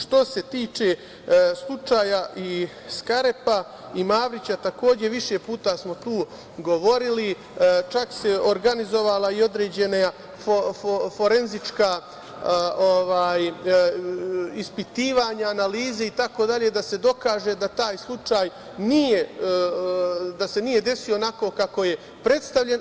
Što se tiče slučaja Skarepa i Mavrića, takođe smo više puta govorili, čak su se organizovala i određena forenzička ispitivanja, analize da se dokaže da se taj slučaj nije desio onako kako je predstavljen.